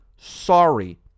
sorry